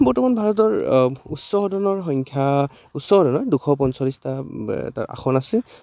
বৰ্তমান ভাৰতৰ উচ্চ সদনৰ সংখ্যা উচ্চ সদনৰ দুশ পঞ্চল্লিছটা তাৰ আসন আছে